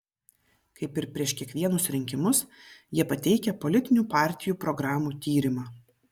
kaip ir prieš kiekvienus rinkimus jie pateikia politinių partijų programų tyrimą